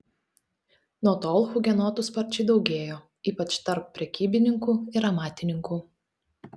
nuo tol hugenotų sparčiai daugėjo ypač tarp prekybininkų ir amatininkų